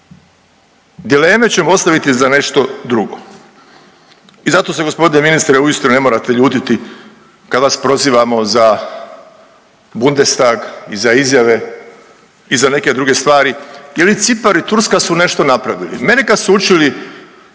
Dileme ćemo ostaviti za nešto drugo i zato se gospodine ministre uistinu ne morate ljutiti kad vas prozivamo za Bundestag i za izjave i za neke druge stvari jer i Cipar i Turska su nešto napravili. Mene kad su učili